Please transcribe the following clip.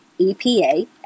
EPA